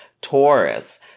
Taurus